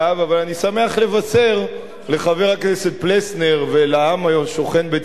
אבל אני שמח לבשר לחבר הכנסת פלסנר ולעם השוכן בציון